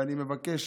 ואני מבקש,